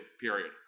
period